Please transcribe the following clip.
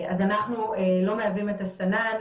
אז אנחנו לא מהווים את הסמן,